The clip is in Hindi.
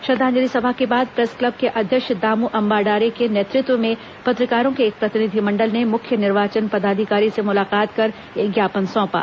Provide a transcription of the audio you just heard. श्रद्वांजलि सभा के बाद प्रेस क्लब ेके अध्यक्ष दामू आम्बेडारे के नेतृत्व में पत्रकारों के एक प्रतिनिधिमंडल ने मुख्य निर्वाचन पदाधिकारी से मुलाकात कर एक ज्ञापन सौंपा